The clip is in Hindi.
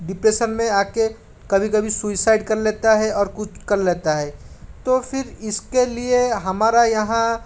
डिप्रेशन में आ कर कभी कभी सुसाइड कर लेता है और कुछ कर लेता है तो फिर इसके लिए हमारा यहाँ